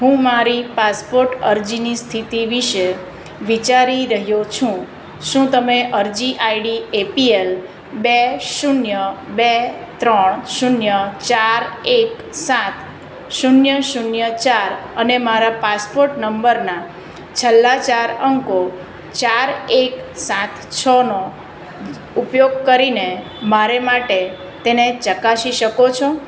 હું મારી પાસપોર્ટ અરજીની સ્થિતિ વિષે વિચારી રહ્યો છું શું તમે અરજી આઈડી એપીએલ બે શૂન્ય બે ત્રણ શૂન્ય ચાર એક સાત શૂન્ય શૂન્ય ચાર અને મારા પાસપોર્ટ નંબરના છેલ્લા ચાર અંકો ચાર એક સાત છનો ઉપયોગ કરીને મારે માટે તેને ચકાસી શકો છો